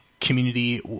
community